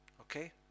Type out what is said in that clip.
Okay